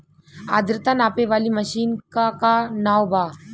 आद्रता नापे वाली मशीन क का नाव बा?